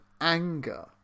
anger